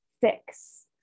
fix